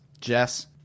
Jess